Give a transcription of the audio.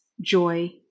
joy